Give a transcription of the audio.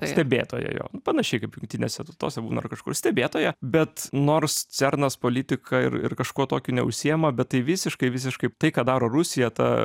stebėtoja jo panašiai kaip jungtinėse tautose būna ar kažkur stebėtoja bet nors cernas politika ir ir kažkuo tokiu neužsiima bet tai visiškai visiškai tai ką daro rusija ta